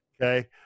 Okay